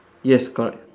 yes correct